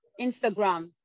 Instagram